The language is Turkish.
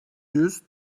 yüz